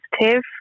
positive